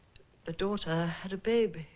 the daughter had a baby.